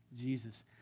Jesus